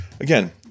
again